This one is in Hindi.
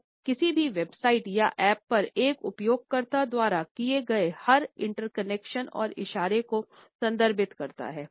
यह किसी भी वेबसाइट या ऐप पर एक उपयोगकर्ता द्वारा किए गए हर इंटरैक्शन और इशारे को संदर्भित करता हैं